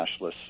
cashless